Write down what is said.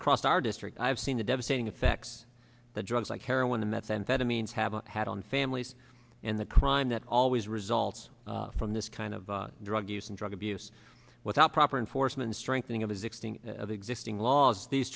across our district i've seen the devastating effects the drugs like heroin the methamphetamines have had on families and the crime that always results from this kind of drug use and drug abuse without proper enforcement strengthening of his extinction of existing laws these